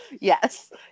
yes